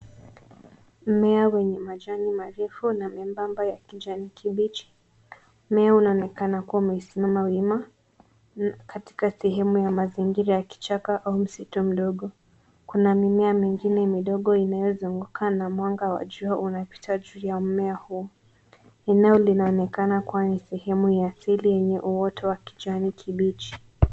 Mimea wenye majani marefu na membamba ya kijani kibichi. Mmea unaonekana kuwa umesimama wima katikati ya mazingira ya kichaka au msitu mdogo. Kuna mimea mingine midogo inayozunguka na mwanga wa jua unapita juu ya mmea huu .Eneo linaonekana kuwa ni sehemu ya asili yenye uoto wa kijani kibichi.